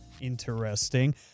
Interesting